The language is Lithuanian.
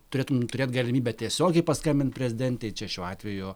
turėtum turėt galimybę tiesiogiai paskambint prezidentei čia šiuo atveju